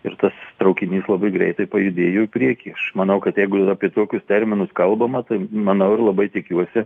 ir tas traukinys labai greitai pajudėjo į priekį manau kad jeigu apie tokius terminus kalbama tai manau ir labai tikiuosi